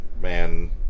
Man